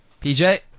PJ